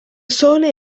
sole